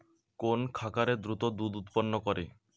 কোন খাকারে দ্রুত দুধ উৎপন্ন করে?